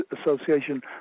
Association